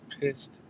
pissed